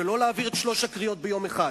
ולא היו מעבירים את שלוש הקריאות ביום אחד?